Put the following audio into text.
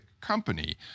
company